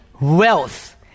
wealth